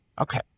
okay